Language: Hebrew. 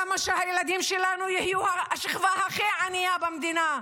למה שהילדים שלנו יהיו השכבה הכי ענייה במדינה?